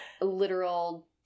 literal